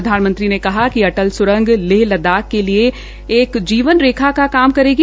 प्रधानमंत्री ने कहा कि अटल स्रंग लेह लद्दाख के लिए जीवनरेखा का नाम करेगी